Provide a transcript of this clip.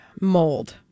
Mold